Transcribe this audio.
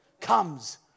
comes